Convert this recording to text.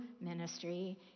ministry